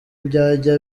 byajya